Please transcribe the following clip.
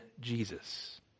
Jesus